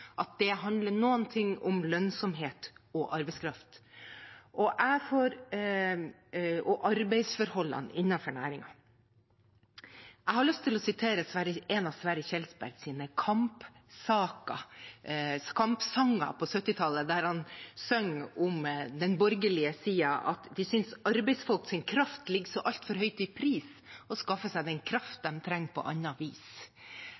det handler noe om lønnsomhet, arbeidskraft og arbeidsforholdene innenfor næringen. Jeg har lyst til å sitere en av Sverre Kjelsbergs kampsanger på 1970-tallet, der han synger om den borgerlige siden, at de synes arbeidsfolket sin kraft ligger så altfor høyt i pris og må skaffe seg den kraften som trengs på annet vis.